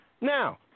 Now